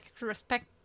respect